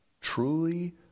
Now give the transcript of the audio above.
Truly